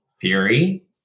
theory